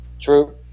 True